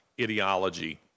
ideology